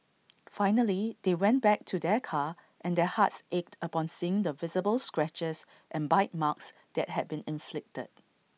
finally they went back to their car and their hearts ached upon seeing the visible scratches and bite marks that had been inflicted